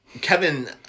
Kevin